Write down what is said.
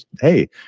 hey